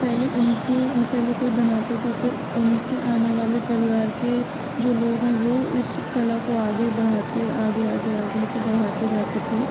पहले उनके पहले कोई बनाते थे फिर उनके आने वाले परिवार के जो लोग हैं वो इस कला को आगे बढ़ाते आगे आगे आगे ऐसे बढ़ाते जाते थे